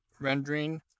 rendering